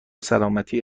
سلامتی